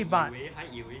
eh but